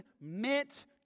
meant